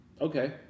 Okay